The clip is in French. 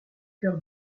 cœur